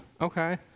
Okay